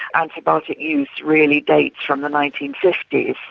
antibiotic use really dates from the nineteen fifty s.